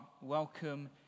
welcome